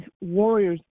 warriors